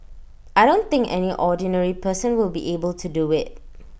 I don't think any ordinary person will be able to do IT